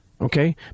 okay